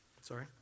sorry